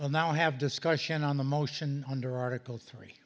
well now i have discussion on the motion under article three